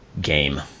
game